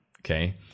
okay